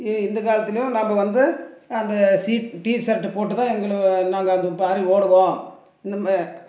இ இந்தக் காலத்துலேயும் நாம்ம வந்து அந்த சீ டீ ஷர்ட்டு போட்டு தான் எங்களு நாங்கள் அந்த மாதிரி ஓடுவோம் இந்த மே